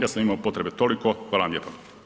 Ja sam imao potrebe toliko, hvala vam lijepa.